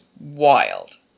wild